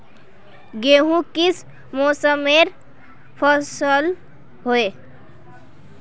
गेहूँ किस मौसमेर फसल होय?